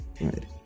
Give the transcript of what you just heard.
right